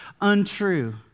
untrue